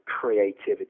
creativity